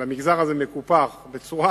אבל התחום שבו המגזר הזה מקופח בצורה